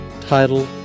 title